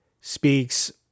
speaks